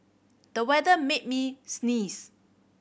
the weather made me sneeze